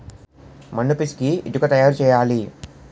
మన్ను పిసికి ఇటుక తయారు చేయాలి